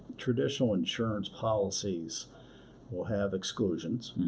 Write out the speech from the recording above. traditional insurance policies will have exclusions.